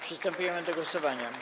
Przystępujemy do głosowania.